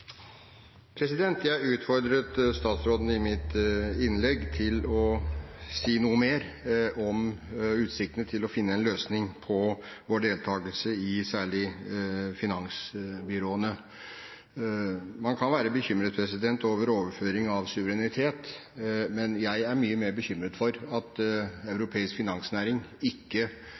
Jeg utfordret i mitt innlegg statsråden til å si noe mer om utsiktene til å finne en løsning på vår deltakelse i særlig finansbyråene. Man kan være bekymret over overføring av suverenitet, men jeg er mye mer bekymret for at europeisk finansnæring ikke